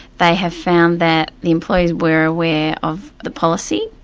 they have found that the employees were aware of the policy,